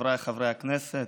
חבריי חברי הכנסת,